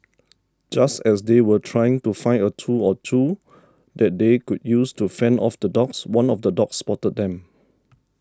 just as they were trying to find a tool or two that they could use to fend off the dogs one of the dogs spotted them